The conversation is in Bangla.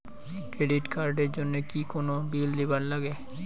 ক্রেডিট কার্ড এর জন্যে কি কোনো বিল দিবার লাগে?